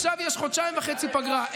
עכשיו יש חודשיים וחצי פגרה,